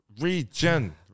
Regen